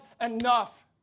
enough